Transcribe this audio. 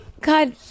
God